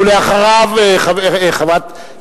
ואחריו חברת,